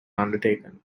undertaken